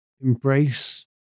embrace